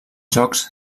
jocs